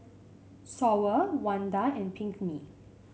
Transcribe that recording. Sawyer Wanda and Pinkney